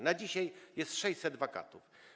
Na dzisiaj jest 600 wakatów.